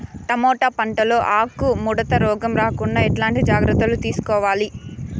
Tomato పంట లో ఆకు ముడత రోగం రాకుండా ఎట్లాంటి జాగ్రత్తలు తీసుకోవాలి?